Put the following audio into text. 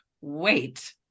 wait